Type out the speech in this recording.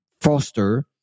foster